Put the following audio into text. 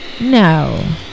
no